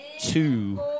two